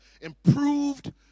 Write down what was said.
Improved